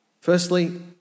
Firstly